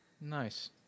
Nice